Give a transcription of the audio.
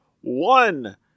one